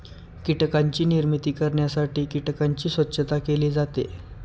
कीटकांची निर्मिती करण्यासाठी कीटकांची स्वच्छता केली जाते